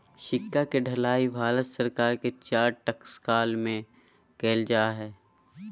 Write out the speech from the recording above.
सिक्का के ढलाई भारत सरकार के चार टकसाल में कइल जा हइ